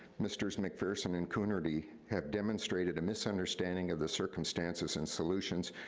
misters mcpherson and coonerty have demonstrated a misunderstanding of the circumstances and solutions,